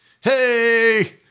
Hey